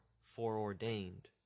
foreordained